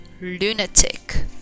lunatic